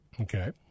Okay